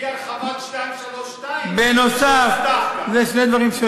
בלי הרחבת 232 שהובטחה גם.